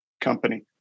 company